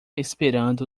esperando